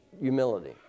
humility